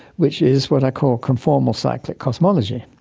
which is what i call conformal cyclic cosmology.